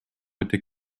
été